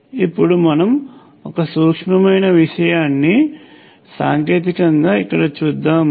ఇప్పుడు మనం ఒక సూక్ష్మమైన విషయాన్ని సాంకేతికంగా ఇక్కడ చూద్దాం